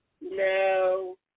no